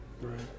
Right